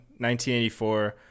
1984